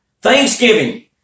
thanksgiving